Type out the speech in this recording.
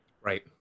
Right